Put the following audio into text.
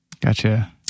Gotcha